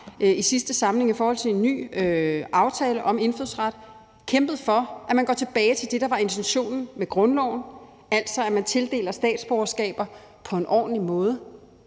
i sidste samling i forhold til en ny aftale om indfødsret, at man går tilbage til det, der var intentionen med grundloven, altså at man tildeler statsborgerskaber på en ordentlig måde,